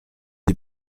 est